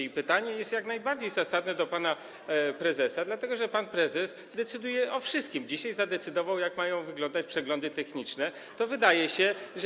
I pytanie jest jak najbardziej zasadne do pana prezesa, dlatego że pan prezes decyduje o wszystkim - dzisiaj zadecydował, jak mają wyglądać przeglądy techniczne - więc wydaje się, że.